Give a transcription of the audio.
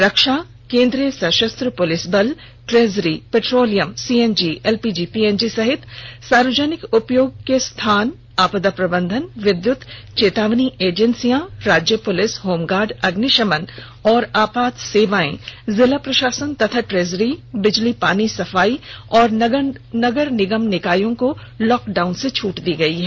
रक्षा केन्द्रीय सशस्त्र पुलिस बल treasury petroleum CNG LPG PNG सहित सार्वजनिक उपयोग के स्थान आपदा प्रबंधन विद्युत चेतावनी एजेंसियां राज्य पुलिस होम गार्ड अग्निशमन और आपात सेवाएं जिला प्रशासन और ट्रेजरी बिजली पानी सफाई और नगर निगम निकायों को लॉकडाउन से छट दी गई है